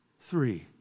Three